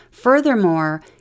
Furthermore